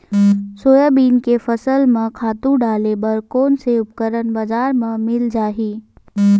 Soybean के फसल म खातु डाले बर कोन से उपकरण बजार म मिल जाहि?